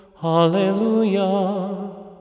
Hallelujah